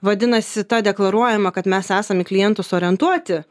vadinasi ta deklaruojama kad mes esam į klientus orientuoti